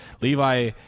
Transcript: Levi